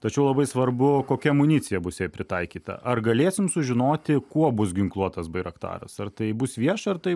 tačiau labai svarbu kokia amunicija bus jai pritaikyta ar galėsim sužinoti kuo bus ginkluotas bairaktaras ar tai bus vieša ar tai